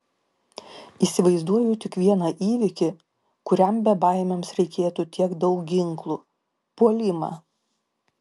įsivaizduoju tik vieną įvykį kuriam bebaimiams reikėtų tiek daug ginklų puolimą